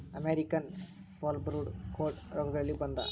American foulbrood ಕೋಡ ರೋಗಗಳಲ್ಲಿ ಒಂದ